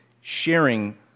sharing